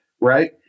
right